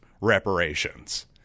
reparations